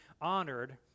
honored